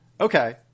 Okay